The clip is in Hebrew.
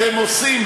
אתם עושים,